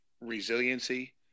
resiliency